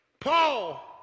Paul